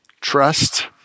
trust